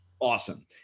awesome